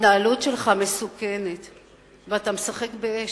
ההתנהלות שלך מסוכנת ואתה משחק באש.